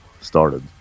started